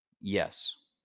Yes